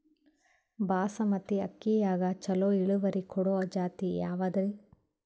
ಬಾಸಮತಿ ಅಕ್ಕಿಯಾಗ ಚಲೋ ಇಳುವರಿ ಕೊಡೊ ಜಾತಿ ಯಾವಾದ್ರಿ?